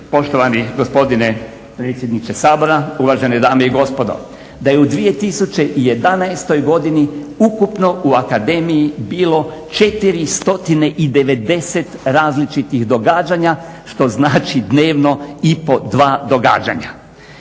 poštovani gospodine predsjedniče Sabora, uvažene dame i gospodo da je u 2011. godini ukupno u akademiji bilo 490 različitih događanja, što znači dnevno i po 2 događanja.